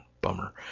Bummer